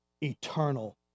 eternal